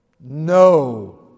no